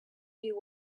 you